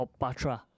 Opatra